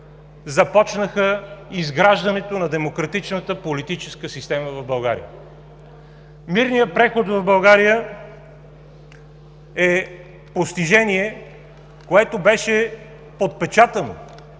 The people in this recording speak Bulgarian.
започнаха изграждането на демократичната политическа система в България. Мирният преход в България е постижение, което беше подпечатано